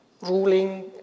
ruling